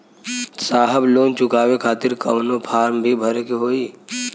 साहब लोन चुकावे खातिर कवनो फार्म भी भरे के होइ?